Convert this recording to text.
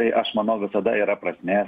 tai aš manau visada yra prasmės